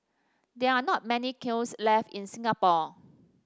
there are not many kilns left in Singapore